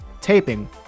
taping